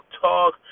Talk